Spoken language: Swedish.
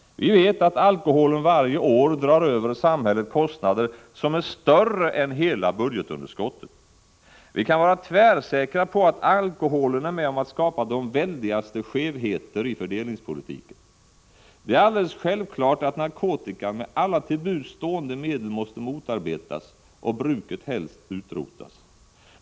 Vi vet att alkoholen varje år drar över samhället kostnader som är större än hela budgetunderskottet. Vi kan vara tvärsäkra på att alkoholen är med om att skapa de väldigaste skevheter i fördelningspolitiken. Det är också alldeles självklart att narkotikan med alla till buds stående medel måste motarbetas och bruket helst utrotas.